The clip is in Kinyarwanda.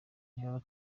niba